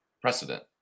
precedent